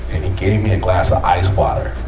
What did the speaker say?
and he gave me a glass of ice water,